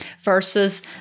versus